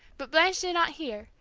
but blanche did not hear,